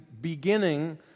beginning